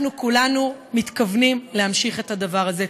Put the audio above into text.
אנחנו כולנו מתכוונים להמשיך את הדבר הזה.